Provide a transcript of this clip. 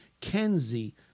Kenzie